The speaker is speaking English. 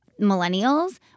millennials